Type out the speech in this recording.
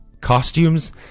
costumes